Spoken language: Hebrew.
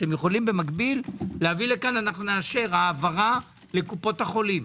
אתם יכולים במקביל להביא לפה - נאשר העברה לקופות החולים.